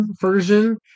version